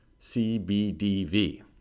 CBDV